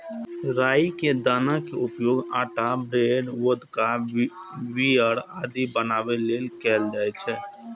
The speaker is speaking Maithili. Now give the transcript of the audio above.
राइ के दाना के उपयोग आटा, ब्रेड, वोदका, बीयर आदि बनाबै लेल कैल जाइ छै